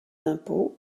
impôts